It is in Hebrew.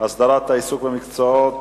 הסדרת העיסוק במקצועות